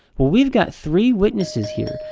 we've got three witnesses here,